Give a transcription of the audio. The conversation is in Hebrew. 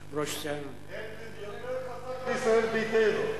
יושב-ראש סיעה, אלקין יותר חזק מישראל ביתנו.